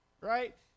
Right